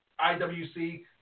IWC